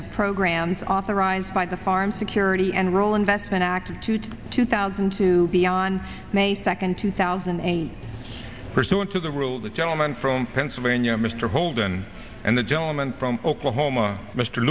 of programs authorized by the foreign security and roll investment act two to two thousand two beyond may second two thousand and pursuant to the rule the gentleman from pennsylvania mr holden and the gentleman from oklahoma mr